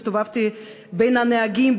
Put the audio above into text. הסתובבתי בין הנהגים,